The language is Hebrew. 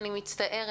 בבקשה.